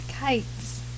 Kites